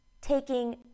taking